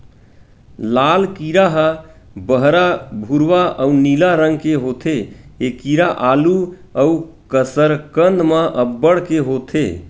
लाल कीरा ह बहरा भूरवा अउ नीला रंग के होथे ए कीरा आलू अउ कसरकंद म अब्बड़ के होथे